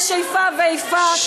יש איפה ואיפה,